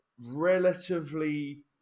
relatively